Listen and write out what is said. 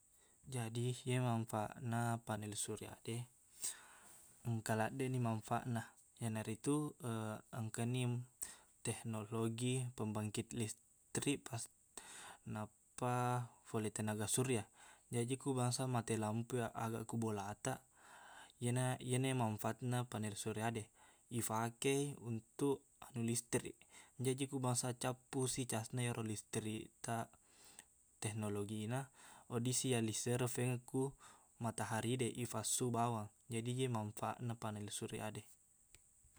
Jadi iye manfaatna panel surya de engka laddeqni manfaatna iyanaritu engkani teknologi pembangkit listrik pas- nappa fole tenaga surya jaji ku bangsa mate lampu i aga ko bolataq iyena- iyena manfaatna panel surya de ifake untuk anu listrik jaji ku bangsa cappuqsi casna ero listriktaq teknologina weddissi yallisereng fengeng ku matahari de ifassuq bawang jadi iye manfaatna panel surya de